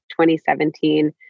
2017